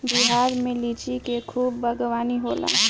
बिहार में लिची के खूब बागवानी होला